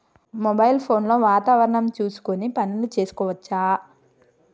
Mobile phone లో వాతావరణం చూసుకొని పనులు చేసుకోవచ్చా?